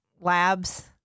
labs